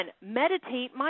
meditate